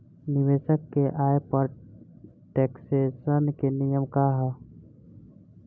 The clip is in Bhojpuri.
निवेश के आय पर टेक्सेशन के नियम का ह?